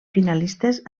finalistes